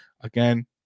Again